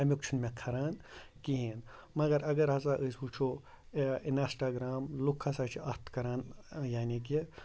اَمیُک چھُنہٕ مےٚ کَران کِہیٖنۍ مگر اگر ہَسا أسۍ وٕچھو یہِ اِنَسٹآگرٛام لُکھ ہَسا چھِ اَتھ کَران یعنی کہِ